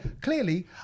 clearly